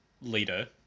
leader